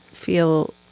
feel